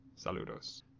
saludos